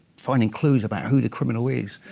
finding clues about who the criminal is.